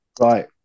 Right